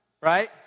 right